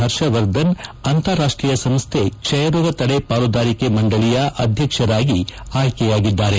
ಹರ್ಷವರ್ಧನ್ ಅಂತಾರಾಷ್ಷೀಯ ಸಂಸ್ಥೆ ಕ್ಷಯ ರೋಗ ತಡೆ ಪಾಲುದಾರಿಕೆ ಮಂಡಳಿಯ ಅಧ್ಯಕ್ಷರಾಗಿ ಆಯ್ಲೆಯಾಗಿದ್ದಾರೆ